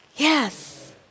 Yes